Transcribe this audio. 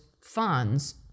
funds